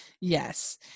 yes